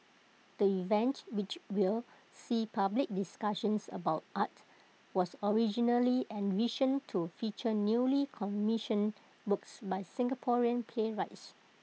the event which will see public discussions about art was originally envisioned to feature newly commissioned works by Singaporean playwrights